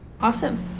Awesome